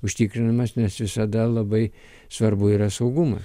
užtikrinamas nes visada labai svarbu yra saugumas